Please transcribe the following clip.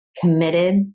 committed